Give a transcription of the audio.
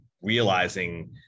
realizing